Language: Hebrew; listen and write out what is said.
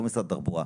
לא משרד התחבורה.